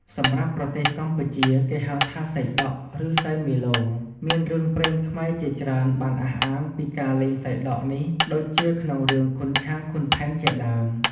សម្រាប់ប្រទេសកម្ពុជាគេហៅថាសីដក់ ឬ សីមេលោង មានរឿងព្រេងខ្មែរជាច្រើនបានអះអាងពីការលេងសីដក់នេះដូចជាក្នុង រឿងឃុនឆាង-ឃុនផែនជាដើម។